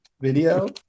video